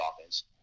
offense